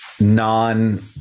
non